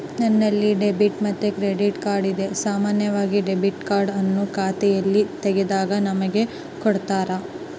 ನನ್ನಲ್ಲಿ ಡೆಬಿಟ್ ಮತ್ತೆ credit card ಇದೆ, ಸಾಮಾನ್ಯವಾಗಿ ಡೆಬಿಟ್ ಕಾರ್ಡ್ ಅನ್ನು ಖಾತೆಯನ್ನು ತೆಗೆದಾಗ ನಮಗೆ ಕೊಡುತ್ತಾರ